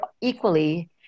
equally